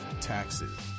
taxes